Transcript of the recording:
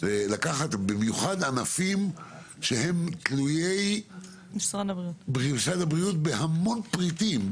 לקחת במיוחד ענפים שהם תלויי משרד הבריאות בהמון פריטים,